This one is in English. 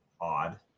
odd